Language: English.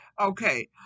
Okay